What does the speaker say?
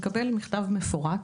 מקבל מכתב מפורט,